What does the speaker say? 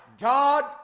God